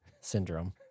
syndrome